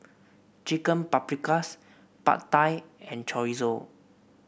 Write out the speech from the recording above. Chicken Paprikas Pad Thai and Chorizo